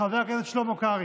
חבר הכנסת שלמה קרעי,